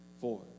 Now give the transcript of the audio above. four